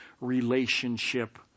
relationship